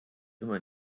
immer